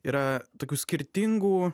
yra tokių skirtingų